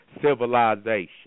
civilization